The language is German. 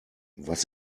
was